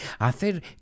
Hacer